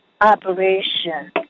operation